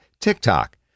TikTok